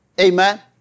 Amen